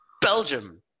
Belgium